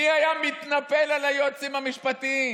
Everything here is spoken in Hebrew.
מי היה מתנפל על היועצים המשפטיים?